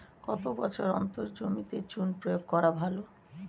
কত বছর অন্তর জমিতে চুন প্রয়োগ করা ভালো?